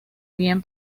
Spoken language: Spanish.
bien